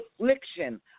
affliction